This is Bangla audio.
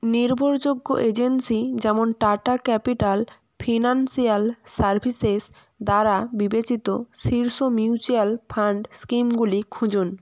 নির্ভরযোগ্য এজেন্সি যেমন টাটা ক্যাপিটাল ফিনান্সিয়াল সার্ভিসেস দ্বারা বিবেচিত শীর্ষ মিউচুয়াল ফান্ড স্কিমগুলি খুঁজুন